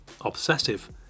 obsessive